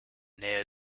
nähe